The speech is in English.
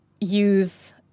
use